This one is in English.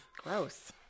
gross